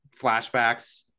flashbacks